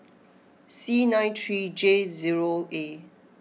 C nine three J zero A